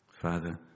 Father